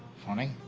funny,